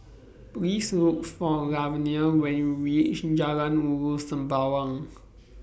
Please Look For Lavenia when YOU REACH in Jalan Ulu Sembawang